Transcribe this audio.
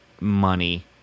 money